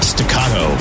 staccato